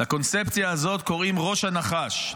לקונספציה הזאת קוראים "ראש הנחש",